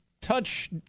Touch